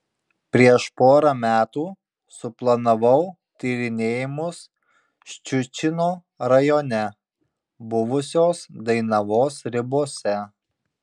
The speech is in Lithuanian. prieš porą metų suplanavau tyrinėjimus ščiučino rajone buvusios dainavos ribose